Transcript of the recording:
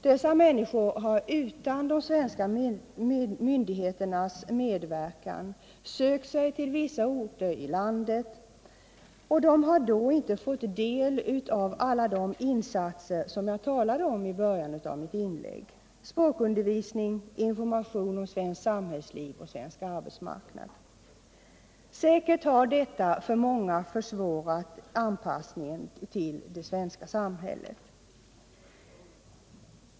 Dessa människor har utan svenska myndigheters medverkan sökt sig till vissa orter i landet. De har då inte fått del av alla de insatser som jag talade om i början av mitt anförande, språkundervisning, information om svenskt samhällsliv och svensk arbetsmarknad. Säkert har detta för många försvårat anpassningen till det svenska samhället.